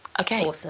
Okay